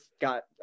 got